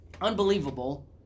unbelievable